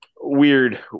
Weird